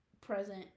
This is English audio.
present